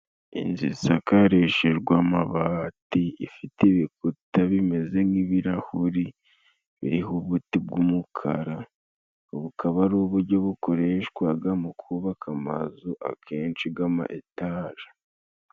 Inzu zisakarishijwe amabati ifite ibikuta bimeze nk'ibirahuri biriho umuti g'umukara, bukaba ari ubujyo bukoreshwaga mu kubaka amazu akenshi bw'ama etaje.